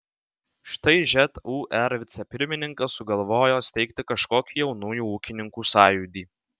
štai žūr vicepirmininkas sugalvojo steigti kažkokį jaunųjų ūkininkų sąjūdį